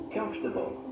Comfortable